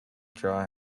draw